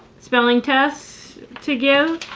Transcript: spelling tests to give.